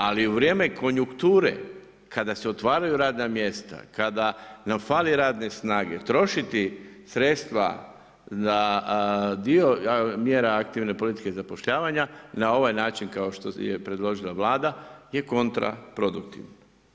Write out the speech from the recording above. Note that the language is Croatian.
Ali u vrijeme konjukture, kada se otvaraju radna mjesta, kada nam fali radne snage, trošiti sredstva na dio mjera aktivne politike zapošljavanja i na ovaj način kao što je predložila Vlada je kontraproduktivno.